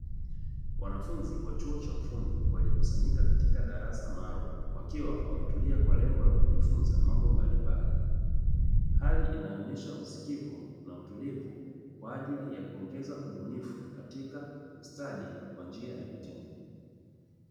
Wanafunzi wa chuo cha ufundi waliokusanyika katika darasa maalumu wakiwa wametulia kwa lengo la kujifunza mambo mbalimbali. Hali inayoonyesha usikivu na utulivu kwa ajili ya kuongeza ubunifu katika ustadi kwa njia ya vitendo.